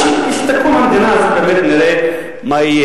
אז כשתקום המדינה הזאת באמת נראה מה יהיה.